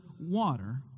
water